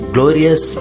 Glorious